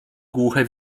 głuche